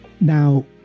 Now